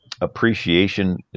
appreciation